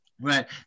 Right